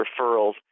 referrals